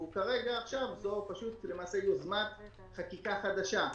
וכרגע עכשיו זו פשוט למעשה יוזמת חקיקה חדשה.